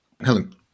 Helen